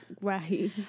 right